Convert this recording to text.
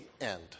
end